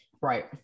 right